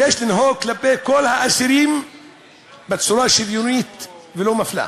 יש לנהוג כלפי כל האסירים בצורה שוויונית ולא מפלה.